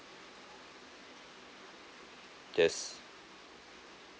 just